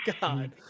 god